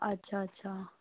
اچھا اچھا